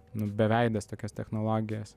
nu beveides tokias technologijas